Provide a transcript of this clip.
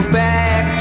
back